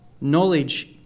Knowledge